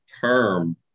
term